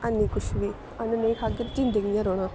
हैनी कुछ बी अन्न नेईं खाह्गे ते जींदा कि'यां रौह्ना